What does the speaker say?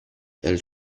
elle